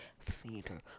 theater